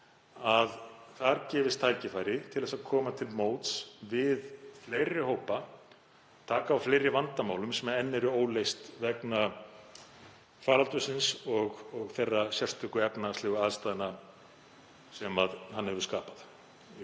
að þar gefist tækifæri til að koma til móts við fleiri hópa, taka á fleiri vandamálum sem enn eru óleyst vegna faraldursins og þeirra sérstöku efnahagslegu aðstæðna sem hann hefur skapað.